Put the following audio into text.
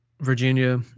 Virginia